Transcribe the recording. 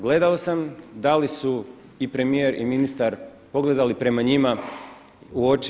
Gledao sam da li su i premijer i ministar pogledali prema njima u oči.